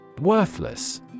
Worthless